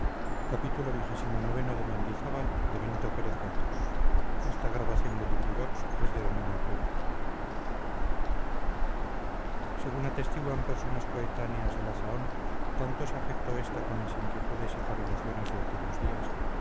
según atestiguan personas coetáneas de la zahón tanto se afectó esta con las inquietudes y cavilaciones de aquellos días